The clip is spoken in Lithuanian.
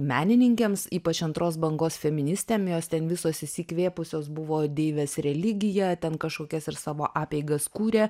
menininkėms ypač antros bangos feministėm jos ten visos įsikvėpusios buvo deivės religija ten kažkokias savo apeigas kūrė